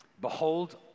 behold